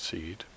Seed